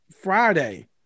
Friday